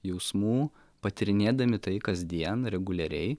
jausmų patyrinėdami tai kasdien reguliariai